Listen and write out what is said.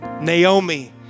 Naomi